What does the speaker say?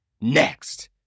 next